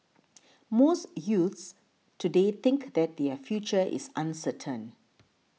most youths today think that their future is uncertain